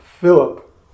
Philip